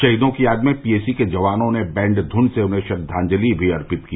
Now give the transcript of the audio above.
शहीदों की याद में पीएसी के जवानों ने बैंड धुन से उन्हें श्रद्वांजलि भी अर्पित की